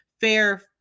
fair